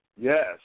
Yes